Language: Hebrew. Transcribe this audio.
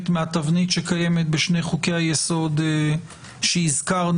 מהתבנית שקיימת בשני חוקי-היסוד שהזכרנו,